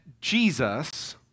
Jesus